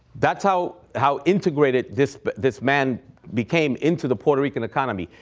that's how how integrated this but this man became into the puerto rican economy.